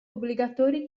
obbligatori